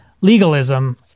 legalism